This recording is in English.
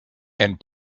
and